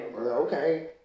Okay